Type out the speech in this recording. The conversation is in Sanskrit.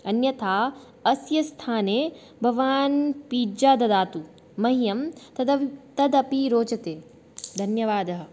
अन्यथा अस्य स्थाने भवान् पिज्जा ददातु मह्यं तदप् तदपि रोचते धन्यवादः